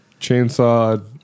Chainsaw